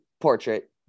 portrait